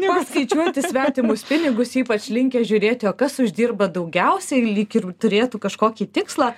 paskaičiuoti svetimus pinigus ypač linkę žiūrėti kas uždirba daugiausiai lyg ir turėtų kažkokį tikslą